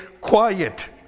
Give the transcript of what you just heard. quiet